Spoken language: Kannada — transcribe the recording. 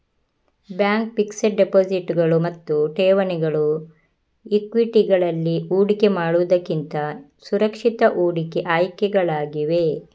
ಬ್ಯಾಂಕ್ ಫಿಕ್ಸೆಡ್ ಡೆಪಾಸಿಟುಗಳು ಮತ್ತು ಠೇವಣಿಗಳು ಈಕ್ವಿಟಿಗಳಲ್ಲಿ ಹೂಡಿಕೆ ಮಾಡುವುದಕ್ಕಿಂತ ಸುರಕ್ಷಿತ ಹೂಡಿಕೆ ಆಯ್ಕೆಗಳಾಗಿವೆ